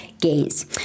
gains